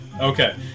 Okay